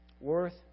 worth